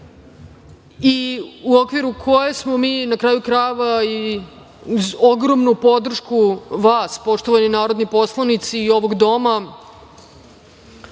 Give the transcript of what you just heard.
i u okviru koje smo mi, na kraju krajeva i ogromnu podršku vas, poštovani narodni poslanici i ovog Doma